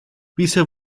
bisher